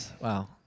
Wow